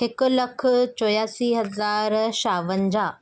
हिकु लखु चौरासी हज़ार शावंजाहु